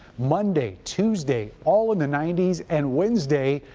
monday, tuesday, all in the ninety s, and wednesday,